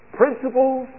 principles